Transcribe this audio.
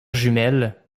jumelle